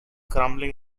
crumbling